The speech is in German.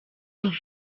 run